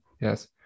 yes